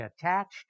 attached